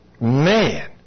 Man